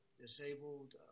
disabled